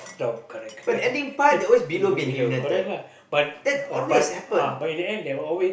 no correct correct below correct lah but but uh in the end they are always